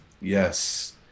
Yes